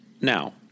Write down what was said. Now